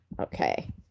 Okay